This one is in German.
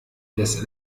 des